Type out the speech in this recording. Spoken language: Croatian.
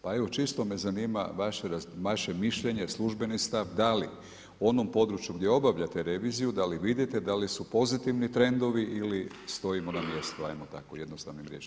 Pa evo, čisto me znanima vaše mišljenje službeni stav, da li u onom području gdje obavljate reviziju, da li vidite da li su pozitivni trendovi ili stojimo na mjestu, ajmo tako jednostavnim rječnikom reći.